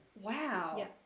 wow